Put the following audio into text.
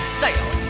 sale